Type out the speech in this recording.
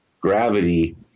gravity